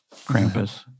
Krampus